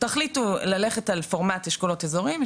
תחליטו ללכת על פורמט אשכולות אזוריים,